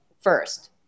first